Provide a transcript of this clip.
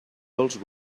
dels